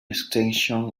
extension